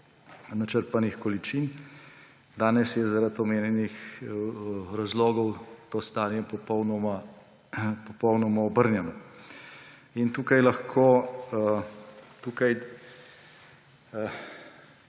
načrpanih količin. Danes je zaradi omenjenih razlogov to stanje popolnoma obrnjeno. In tukaj rešitve,